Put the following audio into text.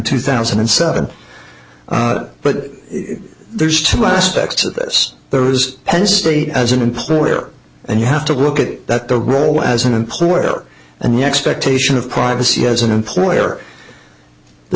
two thousand and seven but there's two aspects to this there is penn state as an employer and you have to look at that the role as an employer and the expectation of privacy as an employer the